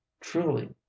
truly